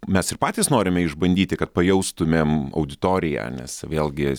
mes ir patys norime išbandyti kad pajaustumėm auditoriją nes vėlgi